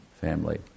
family